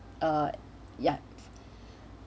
uh ya